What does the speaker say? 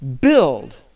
Build